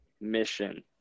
mission